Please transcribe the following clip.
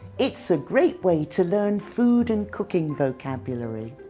it's a great way to learn food and cooking vocabulary.